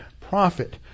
profit